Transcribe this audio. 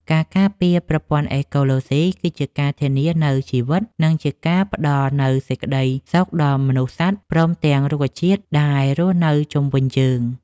ការការពារប្រព័ន្ធអេកូឡូស៊ីគឺជាការធានានូវជីវិត និងជាការផ្តល់នូវសេចក្តីសុខដល់មនុស្ស សត្វ ព្រមទាំងរុក្ខជាតិដែលរស់នៅជុំវិញយើង។